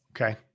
Okay